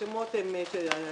שהשמות הם...